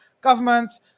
governments